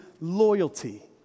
loyalty